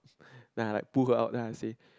then I like pull her out then I say